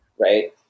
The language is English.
right